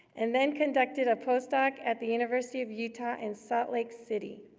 and then conducted a post-doc at the university of utah in salt lake city.